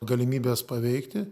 galimybės paveikti